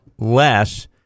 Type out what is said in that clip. Less